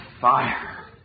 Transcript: fire